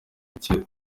gukira